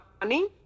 money